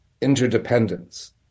interdependence